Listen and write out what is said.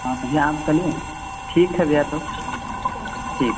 हाँ तो जे आप कल ही ठीक है भैया तो ठीक